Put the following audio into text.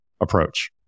approach